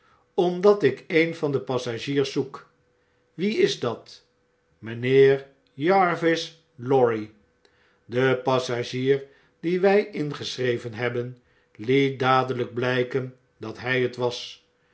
omdat ik een van de passagiers zoek wie is dat amjjnheer jarvis lorry de passagier dien wjj ingeschreven hebben liet dadelp bljjken dat hij het was